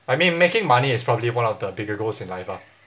I mean making money is probably one of the bigger goals in life ah